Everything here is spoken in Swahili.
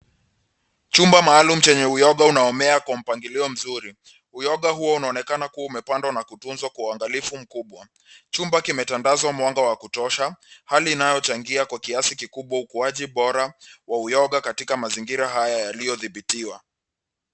Chumba maalum chenye uyoga unaomea kwa mpangilio mzuri uyoga huo unaonekana kuwa umepandwa na kutunzwa kwa uangalifu mkubwa chumba kimetandazwa mwanga wa kutosha hali inayochangia kwa kiasi kikubwa ukuaji bora kwa uyoga katika mazingira haya yaliyo dhibitiwa